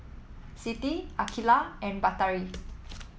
Siti Aqilah and Batari